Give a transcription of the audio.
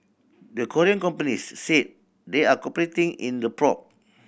the Korean companies said they're cooperating in the probe